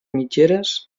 mitgeres